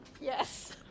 Yes